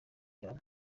cyane